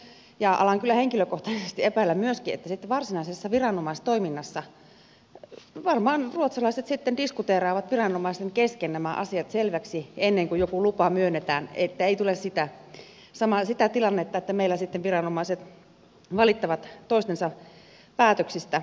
ja alan kyllä henkilökohtaisesti epäillä myöskin että sitten varsinaisessa viranomaistoiminnassa varmaan ruotsalaiset diskuteeraavat viranomaisten kesken nämä asiat selviksi ennen kuin joku lupa myönnetään että ei tule sitä tilannetta että kuten meillä sitten viranomaiset valittavat toistensa päätöksistä